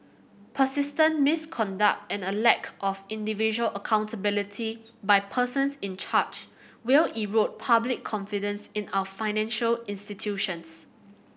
persistent misconduct and a lack of individual accountability by persons in charge will erode public confidence in our financial institutions